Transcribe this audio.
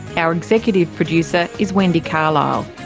our executive producer is wendy carlisle.